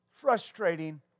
frustrating